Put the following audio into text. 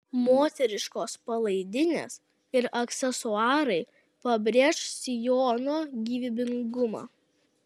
moteriškos palaidinės ir aksesuarai pabrėš sijono gyvybingumą